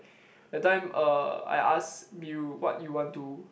that time uh I asked you what you want to